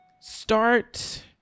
start